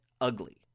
ugly